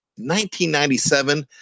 1997